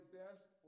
best